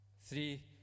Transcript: Three